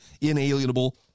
inalienable